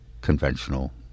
conventional